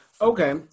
okay